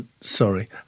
Sorry